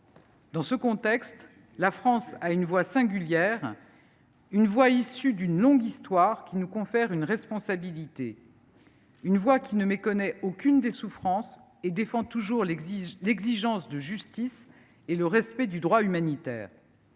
Dans ce contexte, la France a une voix singulière. Une voix issue d’une longue histoire qui nous confère une responsabilité. Une voix qui ne méconnaît aucune des souffrances et défend toujours l’exigence de justice et le respect du droit humanitaire.